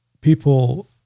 people